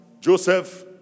Joseph